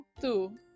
two